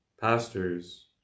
Pastors